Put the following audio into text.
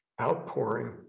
outpouring